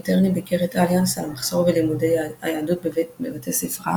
מיטרני ביקר את אליאנס על המחסור בלימודי היהדות בבתי ספרה